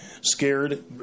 Scared